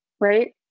right